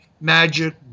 magic